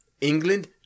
England